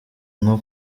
nko